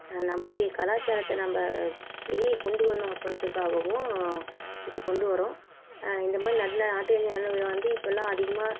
நம்மளுடைய கலாச்சாரத்தை நம்ம வெளியே கொண்டு வரணும் அப்புடின்றதுக்காகவும் இதை கொண்டு வர்றோம் இந்த மாதிரி நல்ல நாட்டியாஞ்சலி விழா வந்து இப்போல்லாம் அதிகமாக